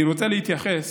אני רוצה להתייחס,